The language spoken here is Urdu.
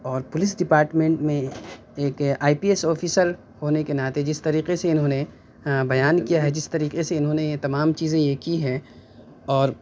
اور پولیس ڈپارٹمنٹ میں ایک آئی پی ایس آفیسر ہونے کے ناطے جس طریقے سے اِنہوں نے بیان کیا ہے جس طریقے سے اِنہوں نے تمام چیزیں یہ کی ہیں اور